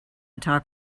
talk